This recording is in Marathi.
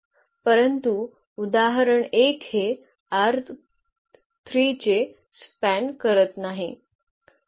परंतु उदाहरण 1 हे R3 चे स्पॅन करत नाही